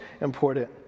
important